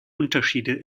unterschiede